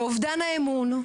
לאובדן האמון,